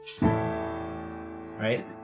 Right